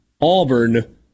Auburn